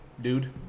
dude